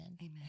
amen